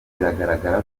biragaragara